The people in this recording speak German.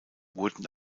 wurden